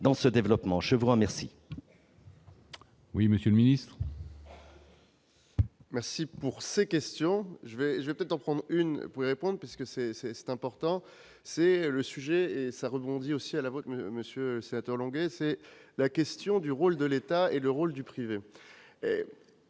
Je vous remercie